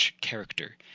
character